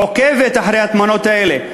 עוקבת אחרי התמונות האלה,